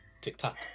tiktok